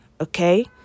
okay